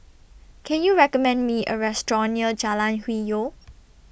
Can YOU recommend Me A Restaurant near Jalan Hwi Yoh